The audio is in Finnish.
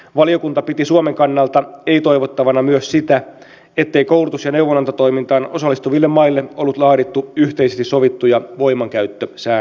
valiokunta piti suomen kannalta ei toivottavana myös sitä ettei koulutus ja neuvonantotoimintaan osallistuville maille ollut laadittu yhteisesti sovittuja voimankäyttösäännöksiä